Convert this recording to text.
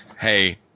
Hey